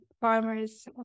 farmers